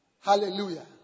Hallelujah